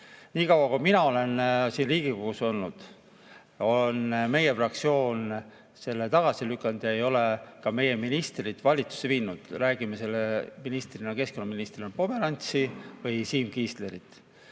Nii kaua kui mina olen siin Riigikogus olnud, on meie fraktsioon selle tagasi lükanud ja ei ole ka meie ministrid seda valitsusse viinud, räägime keskkonnaministrina Pomerantsist või Siim Kiislerist.